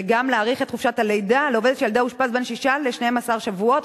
וגם להאריך את חופשת הלידה לעובדת שילדה אושפז משישה עד 12 שבועות.